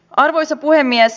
arvoisa puhemies